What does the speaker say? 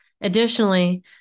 Additionally